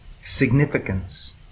significance